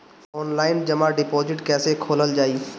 Online जमा deposit कैसे खोलल जाइ?